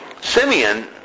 Simeon